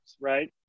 right